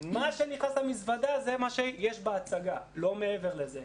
מה שנכנס למזוודה זה מה שיש בהצגה, לא מעבר לזה.